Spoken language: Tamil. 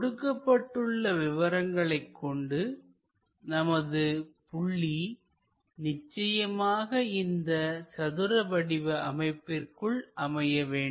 கொடுக்கப்பட்டுள்ள விவரங்களைக் கொண்டு நமது புள்ளி நிச்சயமாக இந்த சதுரவடிவ அமைப்பிற்குள் அமைய வேண்டும்